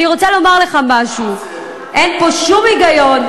אני רוצה לומר לך משהו: אין פה שום היגיון,